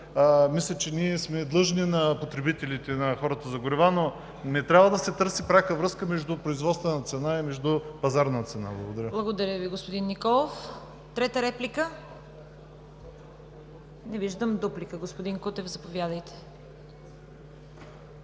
Мисля, че ние сме длъжни на потребителите, на хората за горива, но не трябва да се търси пряка връзка между производствена цена и между пазарна цена. Благодаря. ПРЕДСЕДАТЕЛ ЦВЕТА КАРАЯНЧЕВА: Благодаря Ви, господин Николов. Трета реплика? Не виждам. Дуплика? Господин Кутев, заповядайте.